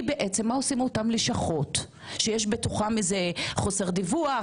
היא בעצם מה עושות אותן לשכות שיש בתוכן חוסר דיווח,